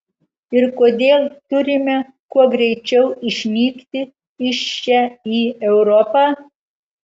ir kodėl turime kuo greičiau išnykti iš čia į europą